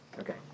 Okay